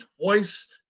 twice